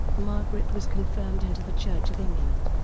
margaret was confirmed into the church of england.